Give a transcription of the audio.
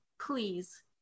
please